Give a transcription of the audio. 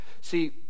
See